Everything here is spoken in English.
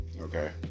okay